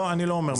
לא, לא מאות.